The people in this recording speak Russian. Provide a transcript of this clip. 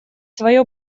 свое